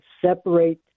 separate